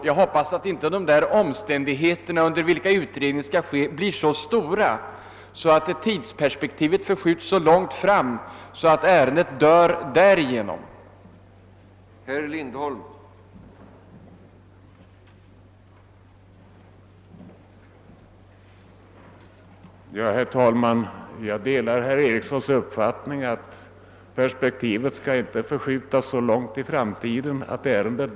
Jag hoppas att inte de omständigheter under vilka utredningen skall ske blir sådana att perspektivet förskjuts så långt fram i tiden att ärendet därigenom dör.